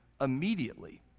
immediately